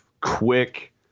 quick